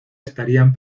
estarían